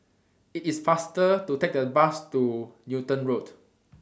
IT IS faster to Take The Bus to Newton Road